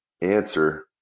answer